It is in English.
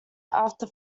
after